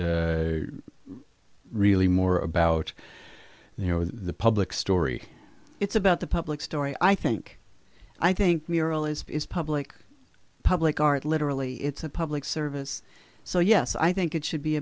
just really more about you know the public story it's about the public story i think i think we're all as public public aren't literally it's a public service so yes i think it should be